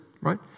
right